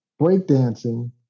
breakdancing